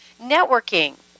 networking